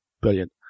brilliant